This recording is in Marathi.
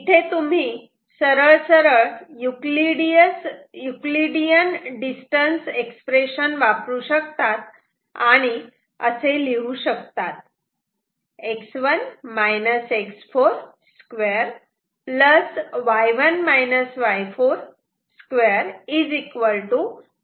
इथे तुम्ही सरळ सरळ युक्लिडियन डिस्टन्स एक्सप्रेशन वापरू शकतात आणि असे लिहू शकतात